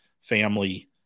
family